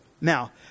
Now